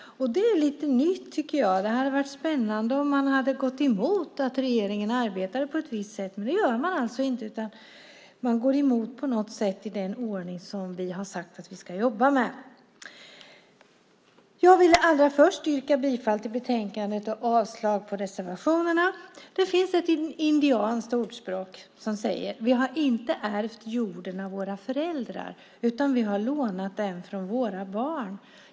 Det är lite unikt, tycker jag. Det hade varit spännande om man hade gått emot att regeringen arbetade på ett visst sätt, men det gör man alltså inte, utan man går på något sätt emot den ordning som vi har sagt att vi ska jobba med. Jag vill yrka bifall till förslaget i betänkandet och avslag på reservationerna. Det finns ett indianskt ordspråk som säger: Vi har inte ärvt jorden av våra föräldrar, utan vi har lånat den från våra barn.